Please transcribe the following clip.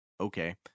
okay